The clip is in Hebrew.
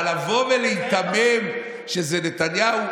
אבל לבוא ולהיתמם שזה נתניהו,